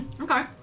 Okay